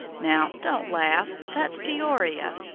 now, don't laugh that's peoria!